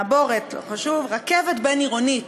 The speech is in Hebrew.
מעבורת, לא חשוב, רכבת בין-עירונית,